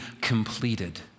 completed